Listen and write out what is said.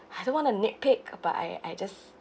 I don't want to nit pick but I I just